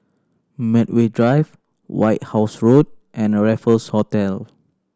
Medway Drive White House Road and Raffles Hotel